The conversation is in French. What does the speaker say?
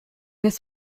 n’est